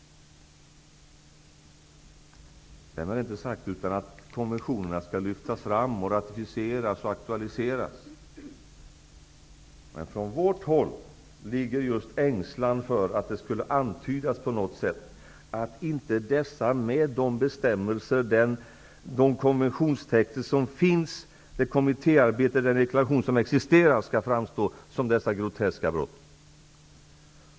Därmed inte sagt att konventionerna inte skall lyftas fram, ratificeras och aktualiseras. Men från vårt håll finns en ängslan att det antyds att inte dessa brott, med de bestämmelser, de konventionstexter som finns, de kommittéarbete och den deklaration som existerar, framstår som groteska.